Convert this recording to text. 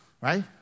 Right